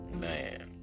man